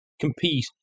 compete